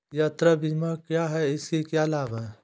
यात्रा बीमा क्या है इसके क्या लाभ हैं?